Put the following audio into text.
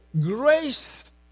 grace